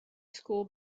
school